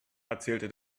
erzählte